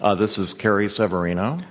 ah this is carrie severino.